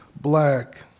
black